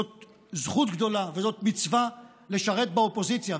זאת זכות גדולה וזאת מצווה לשרת באופוזיציה,